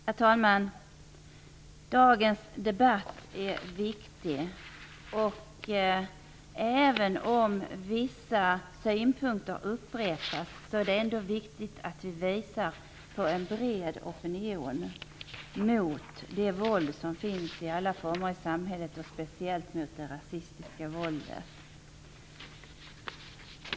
Herr talman! Dagens debatt är viktig. Även om vissa synpunkter upprepas är det ändå viktigt att vi visar på en bred opinion mot det våld i alla former som finns i samhället, och då speciellt det rasistiska våldet.